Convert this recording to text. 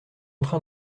train